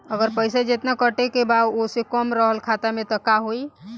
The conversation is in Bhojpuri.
अगर पैसा जेतना कटे के बा ओसे कम रहल खाता मे त का होई?